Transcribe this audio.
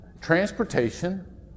transportation